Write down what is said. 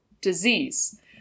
disease